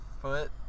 foot